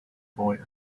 boy